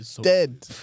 Dead